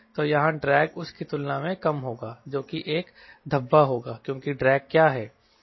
तो यहां ड्रैग उस की तुलना में कम होगा जो कि एक धब्बा होगा क्योंकि ड्रैग क्या है